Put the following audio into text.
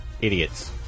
idiots